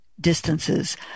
distances